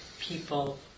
people